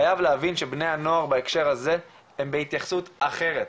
חייב להבין שבני הנוער בהקשר הזה הם בהתייחסות אחרת,